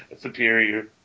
superior